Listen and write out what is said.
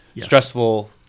stressful